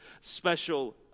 special